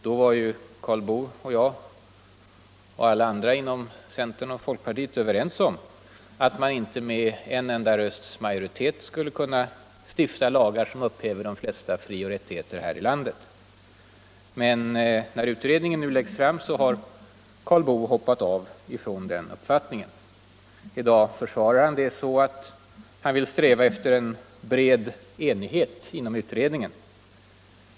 Då var ju folkpartiet och centern överens om att man inte med en enda rösts majoritet skulle kunna stifta lagar som upphäver de flesta frioch rättigheterna här i landet. När utredningen nu läggs fram har Karl Boo hoppat av från den uppfattningen. I dag försvarar han avhoppet med att han vill sträva efter en bred enighet inom utredningen.